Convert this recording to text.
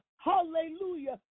hallelujah